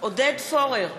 עודד פורר,